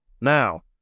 Now